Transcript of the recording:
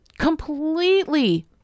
completely